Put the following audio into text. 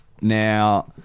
Now